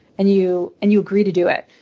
and you and you agree to do it.